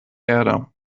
erde